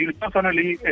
personally